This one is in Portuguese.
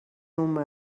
uma